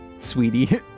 sweetie